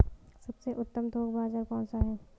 सबसे उत्तम थोक बाज़ार कौन सा है?